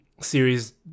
series